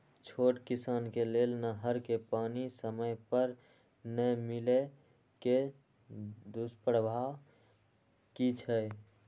छोट किसान के लेल नहर के पानी समय पर नै मिले के दुष्प्रभाव कि छै?